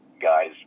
guys